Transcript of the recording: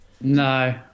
No